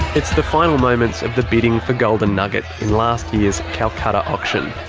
it's the final moments of the bidding for golden nugget. in last year's calcutta auction.